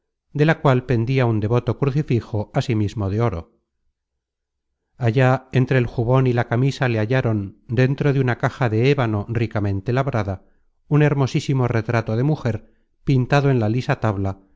de la cual pendia un devoto crucifijo asimismo de oro allá entre el jubon y la camisa le hallaron dentro de una caja de ébano ricamente labrada un hermosísimo retrato de mujer pintado en la lisa tabla